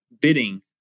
bidding